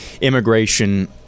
immigration